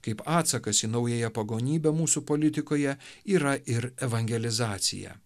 kaip atsakas į naująją pagonybę mūsų politikoje yra ir evangelizacija